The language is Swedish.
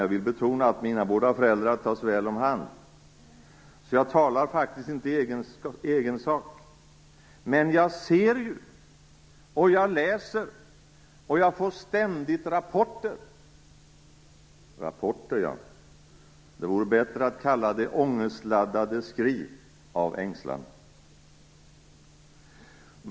Jag vill betona att mina båda föräldrar tas väl om hand, så jag talar faktiskt inte i egen sak. Men jag ser ju, jag läser och jag får ständigt rapporter - rapporter ja, det vore bättre att kalla dem ångestladdade skrin av ängslan.